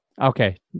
Okay